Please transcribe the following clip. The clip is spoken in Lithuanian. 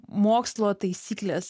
mokslo taisyklės